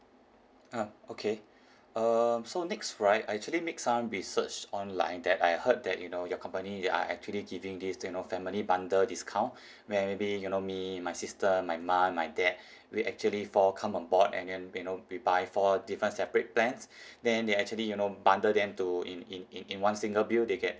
uh okay um so next right I actually make some research online that I heard that you know your company are actually giving this you know family bundle discount maybe you know me my sister my mum my dad we actually four come on board and and you know we buy four different separate plans then they actually you know bundle them to in in in one single bill they get